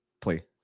play